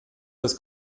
das